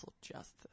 justice